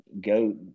Go